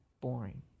boring